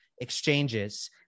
exchanges